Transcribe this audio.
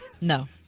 No